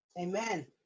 Amen